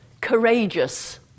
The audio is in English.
Courageous